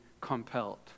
compelled